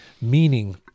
Meaning